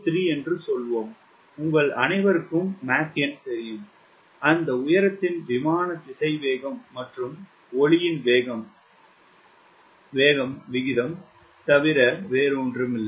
3 என்று சொல்வோம் உங்கள் அனைவருக்கும் மேக் எண் தெரியும் அந்த உயரத்தின் விமான திசைவேகம் மற்றும் ஒலியின் வேகம் விகிதம் தவிர வேறொன்றுமில்லை